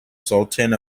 sultan